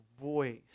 voice